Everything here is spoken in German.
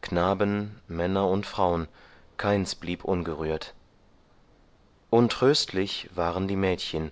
knaben männer und frauen keins blieb ungerührt untröstlich waren die mädchen